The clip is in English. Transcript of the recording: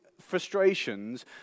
frustrations